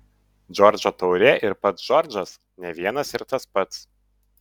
džordžo taurė ir pats džordžas ne vienas ir tas pats